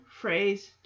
phrase